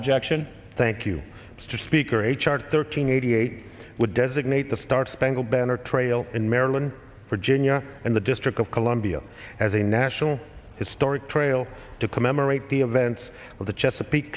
objection thank you mr speaker a chart thirteen eighty eight would designate the star spangled banner trail in maryland virginia and the district of columbia as a national historic trail to commemorate the events of the chesapeake